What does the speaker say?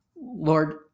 Lord